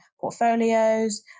portfolios